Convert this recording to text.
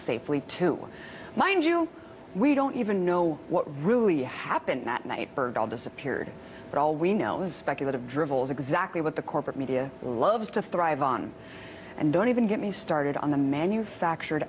safely to mind you we don't even know what really happened that night bergdahl disappeared but all we know is speculative drivel is exactly what the corporate media loves to thrive on and don't even get me started on the manufactured